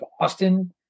austin